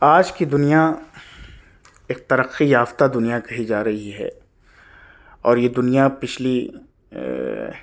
آج کی دنیا ایک ترقی یافتہ دنیا کہی جا رہی ہے اور یہ دنیا پچھلی